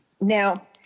Now